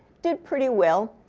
did pretty well.